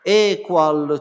equal